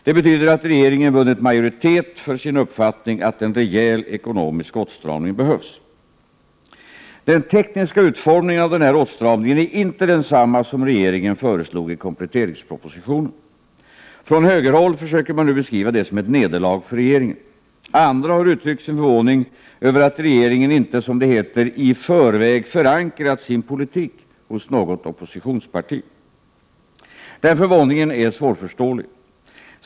Det betyder att regeringen vunnit en majoritet för sin uppfattning att en rejäl ekonomisk åtstramning behövs. Den tekniska utformningen av denna åtstramning är inte densamma som regeringen föreslog i kompletteringspropositionen. Från högerhåll försöker man nu beskriva detta som ett nederlag för regeringen. Andra har uttryckt sin förvåning över att regeringen inte, som det heter, ”i förväg förankrat” sin politik hos något oppositionsparti. Den här förvåningen är svårförståelig.